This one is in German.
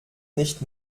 nicht